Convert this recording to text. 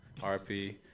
rp